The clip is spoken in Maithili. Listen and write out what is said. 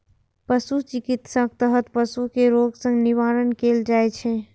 पशु चिकित्साक तहत पशु कें रोग सं निवारण कैल जाइ छै